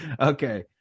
Okay